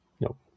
Nope